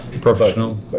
professional